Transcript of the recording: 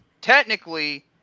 technically